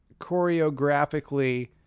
choreographically